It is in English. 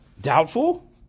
Doubtful